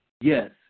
Yes